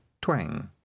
twang